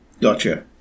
gotcha